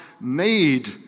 made